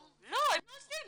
לא, הם לא זזים.